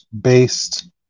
Based